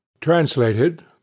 Translated